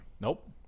Nope